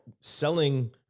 selling